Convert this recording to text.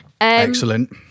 excellent